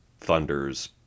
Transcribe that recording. thunders